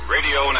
Radio